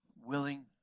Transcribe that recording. willing